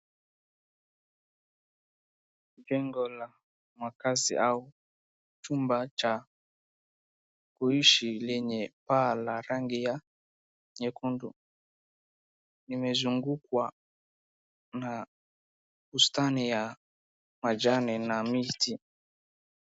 Jengo la makazi au chumba cha kuishi lenye paa la rangi ya nyekundu. Limezungukwa na bustani ya majani na miti.